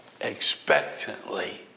expectantly